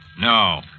No